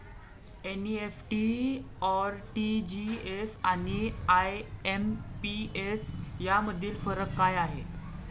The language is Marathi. एन.इ.एफ.टी, आर.टी.जी.एस आणि आय.एम.पी.एस यामधील फरक काय आहे?